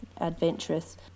adventurous